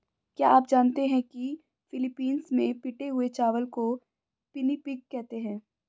क्या आप जानते हैं कि फिलीपींस में पिटे हुए चावल को पिनिपिग कहते हैं